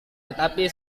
tetapi